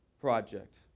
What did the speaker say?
project